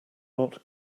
not